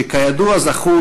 שכידוע זכו,